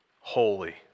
holy